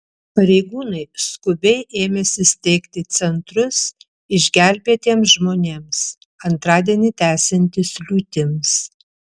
pareigūnai skubiai ėmėsi steigti centrus išgelbėtiems žmonėms antradienį tęsiantis liūtims